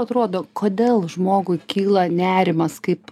atrodo kodėl žmogui kyla nerimas kaip